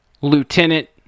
Lieutenant